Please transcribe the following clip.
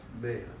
man